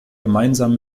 gemeinsam